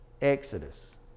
Exodus